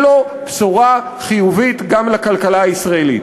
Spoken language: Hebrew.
בו בשורה חיובית גם לכלכלה הישראלית.